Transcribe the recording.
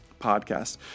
Podcast